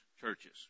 churches